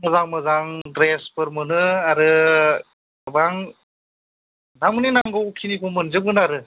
मोजां मोजां द्रेसफोर मोनो आरो गोबां थारमानि नांगौ खिनिखौ मोनजोबगोन आरो